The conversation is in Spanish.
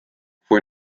fue